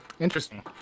Interesting